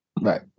Right